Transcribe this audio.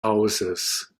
hauses